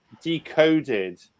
decoded